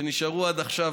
שנשארו עד עכשיו,